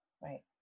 right